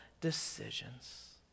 decisions